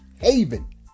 haven